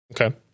okay